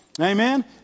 Amen